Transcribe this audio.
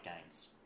gains